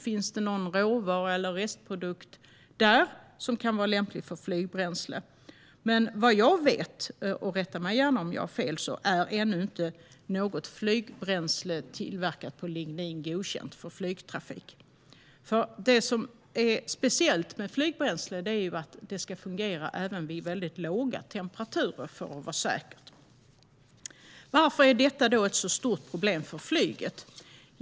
Finns det någon råvara eller restprodukt som kan vara lämplig för flygbränsle? Men vad jag vet - rätta mig gärna om jag har fel - är ännu inte något flygbränsle tillverkat av lignin godkänt för flygtrafik. Det som är speciellt med flygbränsle är ju att det ska fungera även vid väldigt låga temperaturer för att vara säkert. Varför är detta ett så stort problem för flyget?